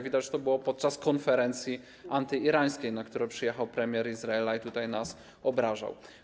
Widać to było podczas konferencji antyirańskiej, na którą przyjechał premier Izraela i tutaj nas obrażał.